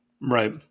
Right